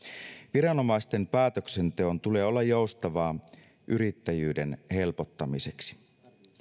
viranomaisten päätöksenteon tulee olla joustavaa yrittäjyyden helpottamiseksi